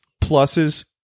pluses